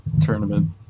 tournament